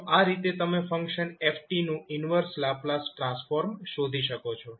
તો આ રીતે તમે ફંક્શન 𝑓𝑡 નું ઈન્વર્સ લાપ્લાસ ટ્રાન્સફોર્મ શોધી શકો છો